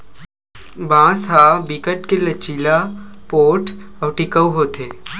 बांस ह बिकट के लचीला, पोठ अउ टिकऊ होथे